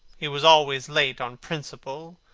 he was always late on principle,